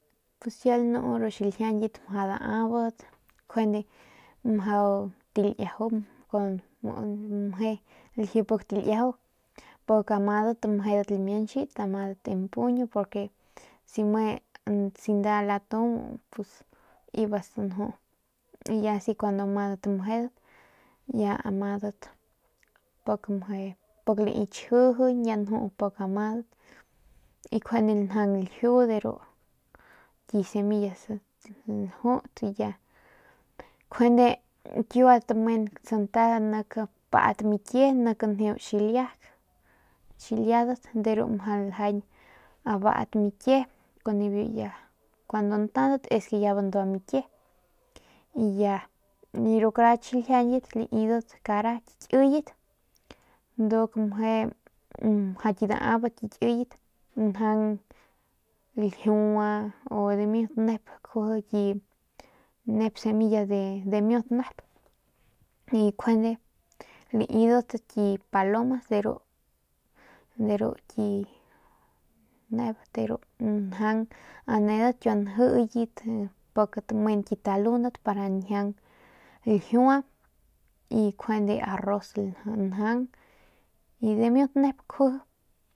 Pus kiau lanu ru xiljiañat mjau daabat njuande mjau taliajau kun muu mje pik taliaju pik amadat meje lamianchit amadan en puño porque si me nda latu pus iba stanju y ya si kun amadat mjedat ya amadat mjedat pik lai chjijiñ ya nju pik amadat y njuande njaung ljiu de ru ki semillas ljut y ya njuande kiua tamen santa nik paat mikie nik njeu xiliak xiliagat de ru mjau ljañ abaat mikie y de ru ya kun ntaudat es que ya bandua mikie y ya ru karat xiljiañkit laidat kara ki kiyet ndu mjau ki daabat mje ki kiyet njaung ljiua u dimiut nep kjuji ki nep semilla de dimiut nep y njuande lamidat kit palomas de ru ki nebat de njaung anedat kiua njiyet pik tamen kit talundat pa njiaung ljiua y njuande arroz njaung y dimiut nep kjuji.